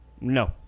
No